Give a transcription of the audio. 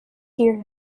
hear